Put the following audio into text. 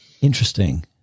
Interesting